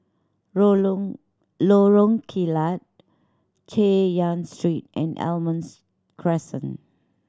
Lorong Kilat Chay Yan Street and Almonds Crescent